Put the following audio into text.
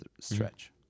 stretch